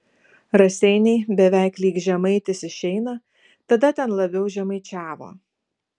raseiniai beveik lyg žemaitis išeina tada ten labiau žemaičiavo